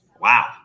wow